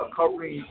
covering